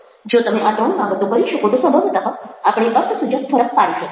જો તમે આ ત્રણ બાબતો કરી શકો તો સંભવતઃ આપણે અર્થસૂચક ફરક પાડી શકીએ